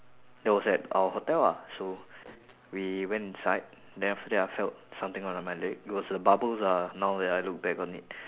that was at our hotel ah so we went inside then after that I felt something on uh my leg it was the bubbles ah now that I look back on it